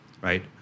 right